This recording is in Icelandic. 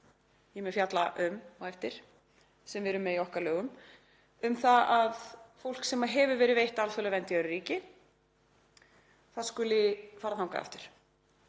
ég mun fjalla um á eftir, sem við erum með í okkar lögum, um að fólk sem hefur verið veitt alþjóðleg vernd í öðru ríki skuli fara þangað aftur.